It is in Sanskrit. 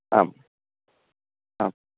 आम् आम्